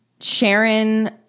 Sharon